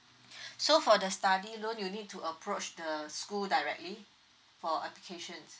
so for the study loan you'll need to approach the school directly for application